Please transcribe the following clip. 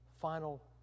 final